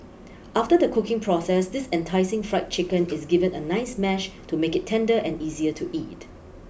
after the cooking process this enticing fried chicken is given a nice mash to make it tender and easier to eat